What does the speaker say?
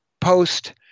post